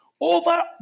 over